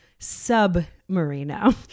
submarino